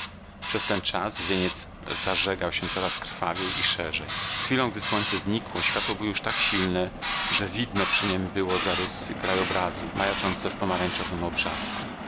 przez ten czas wieniec zażegał się coraz krwawiej i szerzej z chwilą gdy słońce znikło światło było już tak silne że widno przy niem było zarysy krajobrazu majaczące w pomarańczowym obrzasku